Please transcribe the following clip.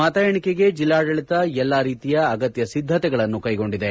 ಮತ ಎಣಿಕೆಗೆ ಜಿಲ್ಲಾಡಳಿತ ಎಲ್ಲಾ ರೀತಿಯ ಅಗತ್ಯ ಸಿದ್ದತೆಗಳನ್ನು ಕೈಗೊಂಡಿದೆ